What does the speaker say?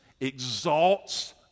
exalts